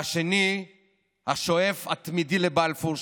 והשני השואף התמידי לבלפור,